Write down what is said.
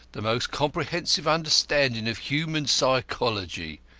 the most comprehensive understanding of human psychology,